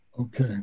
Okay